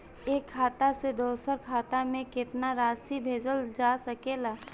एक खाता से दूसर खाता में केतना राशि भेजल जा सके ला?